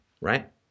right